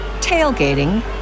tailgating